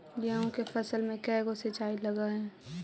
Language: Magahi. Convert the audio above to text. गेहूं के फसल मे के गो सिंचाई लग हय?